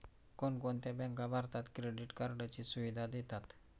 कोणकोणत्या बँका भारतात क्रेडिट कार्डची सुविधा देतात?